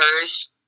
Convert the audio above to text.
first